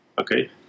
Okay